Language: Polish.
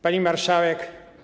Pani Marszałek!